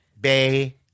Bay